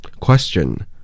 Question